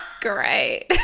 Great